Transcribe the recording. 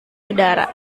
udara